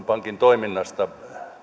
pankin toiminnasta